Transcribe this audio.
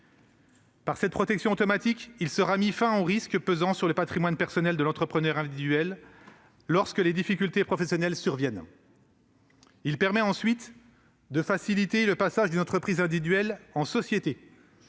Par cette protection automatique, il sera mis fin aux risques pesant sur le patrimoine personnel de l'entrepreneur individuel lorsque surviennent des difficultés professionnelles. Il permet, ensuite, de faciliter la transformation d'une entreprise individuelle en société.